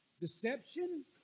deception